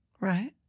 Right